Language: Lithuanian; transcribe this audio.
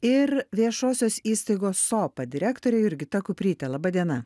ir viešosios įstaigos sopa direktore jurgita kupryte laba diena